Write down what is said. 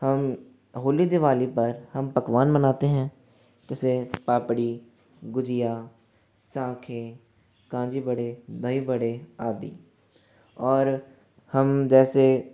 हम होली दिवाली पर हम पकवान बनाते हैं जैसे पापड़ी गुजिया साँखें कांजी बड़े दही बड़े आदि और हम जैसे